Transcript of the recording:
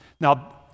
Now